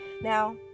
Now